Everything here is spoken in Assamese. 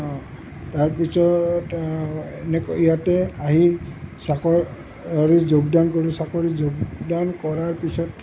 অঁ তাৰপিছত এনেকৈ ইয়াতে আহি চাকৰিত যোগদান কৰোঁ চাকৰিত যোগদান কৰাৰ পিছত